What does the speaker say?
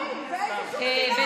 כל הזמן,